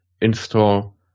install